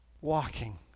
walking